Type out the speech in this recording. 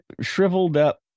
shriveled-up